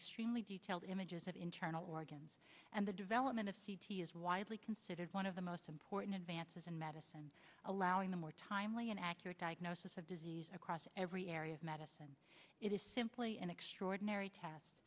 extremely detailed images of internal organs and the development of c t is widely considered one of the most important advances in medicine allowing a more timely and accurate diagnosis of disease across every area of medicine it is simply an extraordinary t